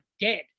dead